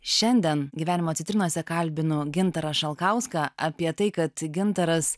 šiandien gyvenimo citrinose kalbinu gintarą šalkauską apie tai kad gintaras